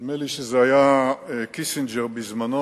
נדמה לי שזה היה קיסינג'ר בזמנו,